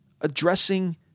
Addressing